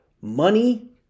money